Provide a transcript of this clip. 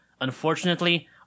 Unfortunately